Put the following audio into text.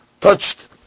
touched